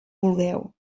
vulgueu